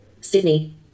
Sydney